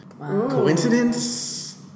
Coincidence